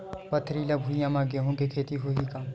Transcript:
पथरिला भुइयां म गेहूं के खेती होही का?